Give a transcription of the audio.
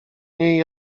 niej